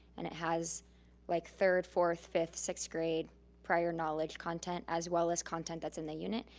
and it has like third, fourth, fifth, sixth grade prior knowledge content, as well as content that's in the unit.